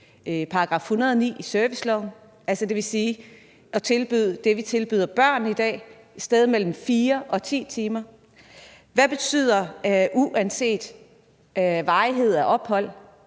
8 i § 109 i serviceloven – det vil sige at tilbyde det, vi tilbyder børn i dag: et sted mellem 4 og 10 timer? Hvad betyder »uanset opholdets